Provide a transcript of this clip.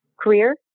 career